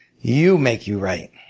you make you write.